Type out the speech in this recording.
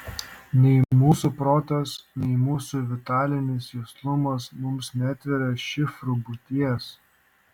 nei mūsų protas nei mūsų vitalinis juslumas mums neatveria šifrų būties